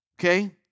Okay